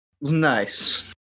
Nice